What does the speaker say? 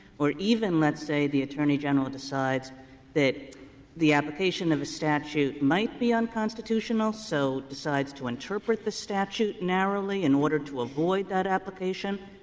or even let's say the attorney general decides that the application of the statute might be unconstitutional, so decides to interpret the statute narrowly in order to avoid that application.